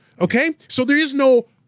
okay? so there is no